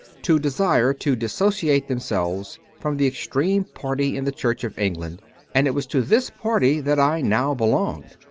to desire to dissociate themselves from the extreme party in the church of england and it was to this party that i now belonged.